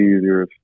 easier